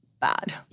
bad